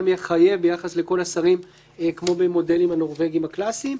מחייב ביחס לכל השרים כמו במודלים הנורבגים הקלאסיים.